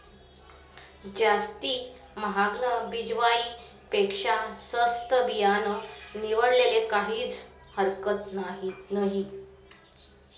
जास्ती म्हागानं बिजवाई पेक्शा सस्तं बियानं निवाडाले काहीज हरकत नही